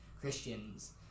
Christians